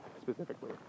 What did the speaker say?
specifically